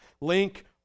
link